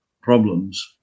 problems